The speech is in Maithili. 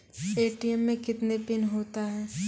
ए.टी.एम मे कितने पिन होता हैं?